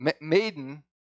maiden